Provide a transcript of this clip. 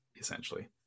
essentially